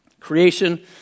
Creation